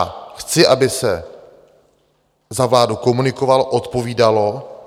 Já chci, aby se za vládu komunikovalo, odpovídalo.